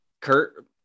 Kurt